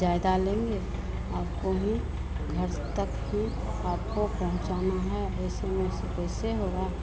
ज़्यादा लेंगे आपको ही घर तक ही आपको पहुँचाना है ऐसे में ऐसे कैसे होगा